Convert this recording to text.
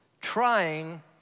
trying